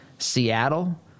Seattle